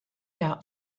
out